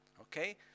Okay